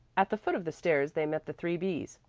at the foot of the stairs they met the three b's.